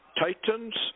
Titans